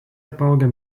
apaugę